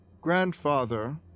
grandfather